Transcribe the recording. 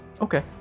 Okay